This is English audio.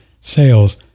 sales